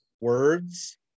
Words